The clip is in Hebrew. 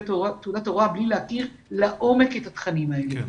תעודת הוראה בלי להכיר לעומק את התכנים האלה.